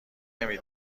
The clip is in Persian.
نمی